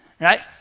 Right